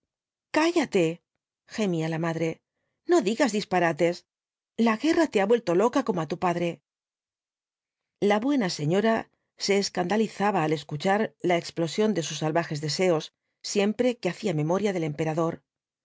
cállate gemía la madre no digas disparates la guerra te ha vuelto loca como á tu padre la buena señora se escandalizaba al escuchar la explosión de sus salvajes deseos siempre que hacía memoria del emperador